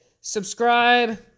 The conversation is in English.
subscribe